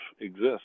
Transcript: exist